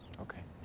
okay.